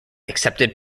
accepted